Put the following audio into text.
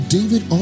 David